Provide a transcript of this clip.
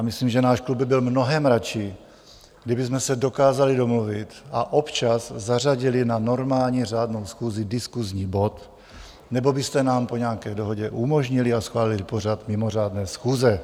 Myslím, že náš klub by byl mnohem raději, kdybychom se dokázali domluvit a občas zařadili na normální řádnou schůzi diskusní bod, nebo byste nám po nějaké dohodě umožnili a schválili pořad mimořádné schůze.